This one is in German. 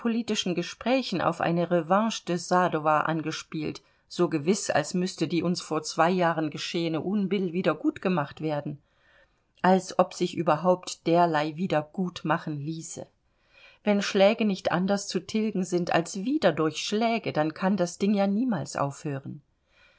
gesprächen auf eine revanche de sadowa angespielt so gewiß als müßte die uns vor zwei jahren geschehene unbill wieder gut gemacht werden als ob sich überhaupt derlei wieder gut machen ließe wenn schläge nicht anders zu tilgen sind als wieder durch schläge dann kann das ding ja niemals aufhören